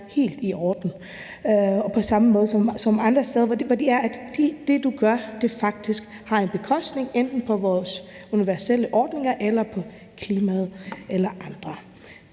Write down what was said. helt i orden. Det er på samme måde som andre steder, hvor det, du gør, faktisk har en omkostning enten for vores universelle ordninger eller for klimaet eller for andre.